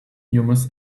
hummus